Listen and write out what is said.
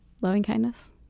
loving-kindness